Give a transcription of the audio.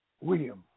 William